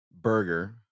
burger